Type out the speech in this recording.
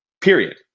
Period